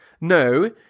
No